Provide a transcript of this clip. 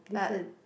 different